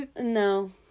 no